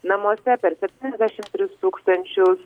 namuose per septyniasdešim tris tūkstančius